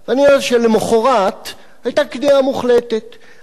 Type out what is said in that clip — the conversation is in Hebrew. אני יודע שלמחרת היתה כניעה מוחלטת.